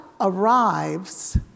arrives